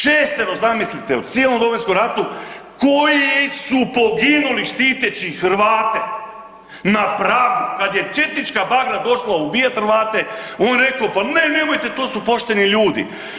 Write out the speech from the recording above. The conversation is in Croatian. Šestero zamislite u cijelom Domovinskom ratu koji su poginuli štiteći Hrvate na pragu kada je četnička bagra došla ubijati Hrvate on je rekao – pa ne, nemojte, to su pošteni ljudi.